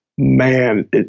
Man